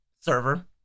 server